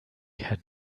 had